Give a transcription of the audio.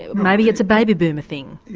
and maybe it's a baby boomer thing.